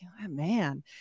man